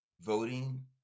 voting